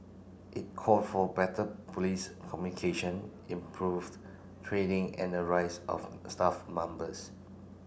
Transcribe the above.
it call for better police communication improved training and a rise of staff